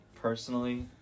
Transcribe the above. personally